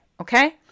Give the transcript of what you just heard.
Okay